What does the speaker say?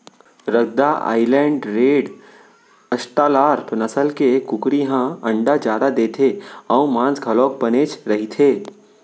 रद्दा Island Red, Australorp नसल के कुकरी ह अंडा जादा देथे अउ मांस घलोक बनेच रहिथे